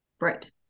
Right